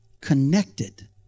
Connected